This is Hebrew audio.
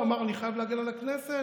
הוא אמר: אני חייב להגן על הכנסת.